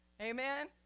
Amen